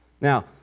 Now